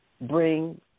bring